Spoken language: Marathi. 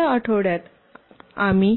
या आठवड्यात आम्ही